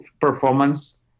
performance